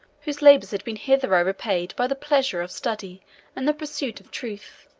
whose labors had been hitherto repaid by the pleasure of study and the pursuit of truth.